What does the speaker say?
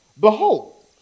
Behold